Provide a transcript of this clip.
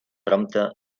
prompte